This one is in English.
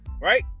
right